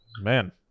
man